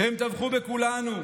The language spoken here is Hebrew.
הם טבחו בכולנו,